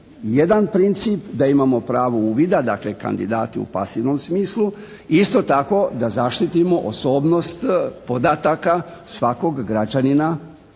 jedan princip da imamo pravo uvida, dakle kandidati u pasivnom smislu. Isto tako da zaštitom osobnost podataka svakog građanina